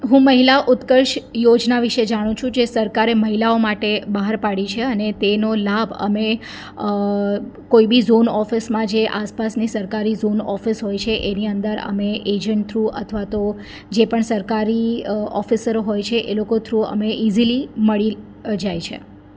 હું મહિલા ઉત્કર્ષ યોજના વિશે જાણું છુ જે સરકારે મહિલાઓ માટે બહાર પાડી છે અને તેનો લાભ અમે કોઈ બી ઝોન ઓફિસમાં જે આસપાસની સરકારી ઝોન ઓફિસ હોય છે એની અંદર અમે એજન્ટ થ્રુ અથવા તો જે પણ સરકારી ઓફિસરો હોય છે એ લોકો થ્રુ અમે ઇઝીલી મળી જાય છે